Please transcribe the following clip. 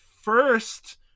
first